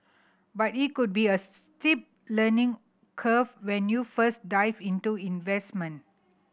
but it could be a steep learning curve when you first dive into investment